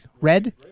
Red